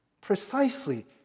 Precisely